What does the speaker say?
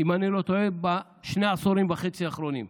אם אני לא טועה, בשני העשורים וחצי האחרונים.